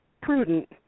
prudent